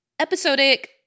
episodic